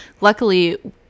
Luckily